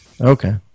Okay